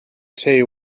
tea